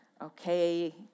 okay